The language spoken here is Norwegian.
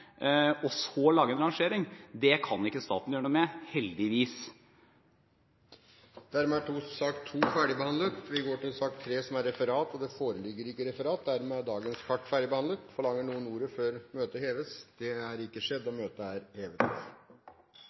og så lage en rangering. Det kan ikke staten gjøre noe med – heldigvis. Dermed er sak nr. 2 ferdigbehandlet. Det foreligger ikke noe referat. Dermed er dagens kart ferdigbehandlet. Forlanger noen ordet før møtet heves? – Møtet er hevet.